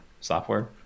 software